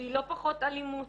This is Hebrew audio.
שהיא לא פחות אלימות,